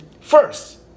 first